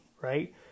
right